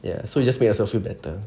ya so you just make yourself feel better